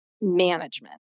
management